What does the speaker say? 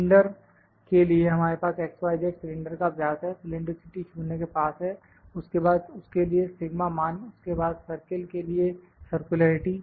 cylinder के लिए हमारे पास X Y Z सिलेंडर का व्यास है सिलैंडरिसिटी 0 के पास है उसके बाद उसके लिए σ मान उसके बाद सर्किल के लिए सर्कुलरइटी